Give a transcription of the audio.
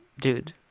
Dude